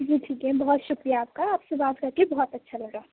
جی ٹھیک ہے بہت شکریہ آپ کا آپ سے بات کر کے بہت اچھا لگا